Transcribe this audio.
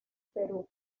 perú